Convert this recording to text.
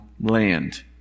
land